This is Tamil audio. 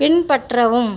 பின்பற்றவும்